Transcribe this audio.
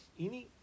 Ini